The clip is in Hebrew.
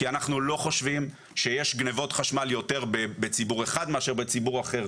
כי אנחנו לא חושבים שיש גניבות חשמל יותר בציבור אחד מאשר בציבור אחר.